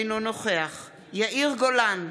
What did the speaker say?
אינו נוכח יאיר גולן,